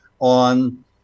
on